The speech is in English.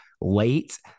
late